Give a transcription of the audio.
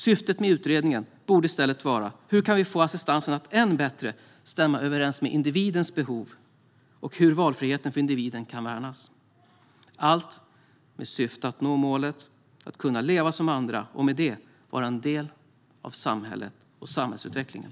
Syftet med utredningen borde i stället vara att titta på hur vi kan få assistansen att stämma ännu bättre överens med individens behov och hur valfriheten för individen kan värnas - allt för att nå målet att den enskilde ska kunna leva som andra och vara en del av samhället och samhällsutvecklingen.